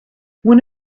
one